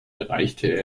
erreichte